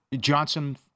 Johnson